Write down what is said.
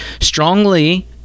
strongly